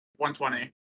120